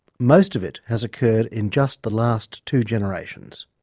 most of it has occurred in just the last two generations.